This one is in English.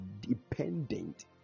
dependent